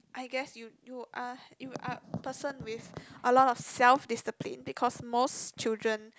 I guess you you are you are a people with a lot of self discipline because most children